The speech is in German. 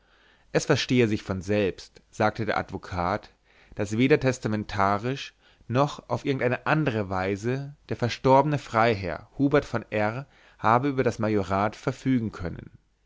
es verstehe sich von selbst sagte der advokat daß weder testamentarisch noch auf irgendeine andere weise der verstorbene freiherr hubert von r habe über das majorat verfügen können